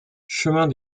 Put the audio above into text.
chemin